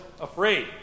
afraid